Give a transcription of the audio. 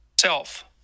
Self